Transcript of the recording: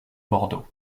bordeaux